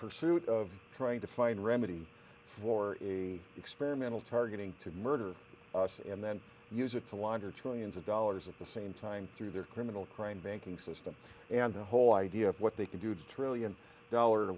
pursuit of trying to find remedy for a experimental targeting to murder us and then use it to launder trillions of dollars at the same time through their criminal crime banking system and the whole idea of what they can do to trillion dollars to